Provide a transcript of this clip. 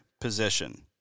position